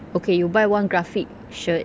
okay you buy one graphic shirt